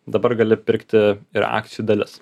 dabar gali pirkti ir akcijų dalis